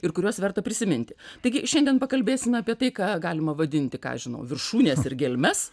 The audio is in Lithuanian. ir kuriuos verta prisiminti taigi šiandien pakalbėsime apie tai ką galima vadinti ką aš žinau viršūnės ir gelmės